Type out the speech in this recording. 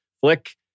Flick